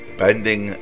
bending